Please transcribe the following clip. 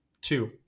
Two